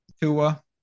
Tua